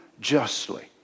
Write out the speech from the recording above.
justly